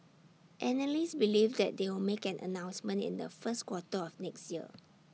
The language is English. analysts believe that they will make an announcement in the first quarter of next year